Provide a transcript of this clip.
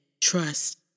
Trust